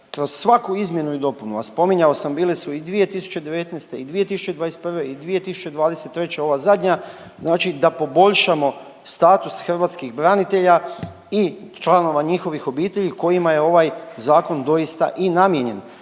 kroz svaku izmjenu i dopunu, a spominjao sam bile su i 2019. i 2021. i 2023. ova zadnja, znači da poboljšamo status hrvatskih branitelja i članova njihovih obitelji kojima je ovaj zakon doista i namijenjen.